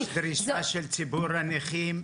יש דרישה של ציבור הנכים.